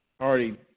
already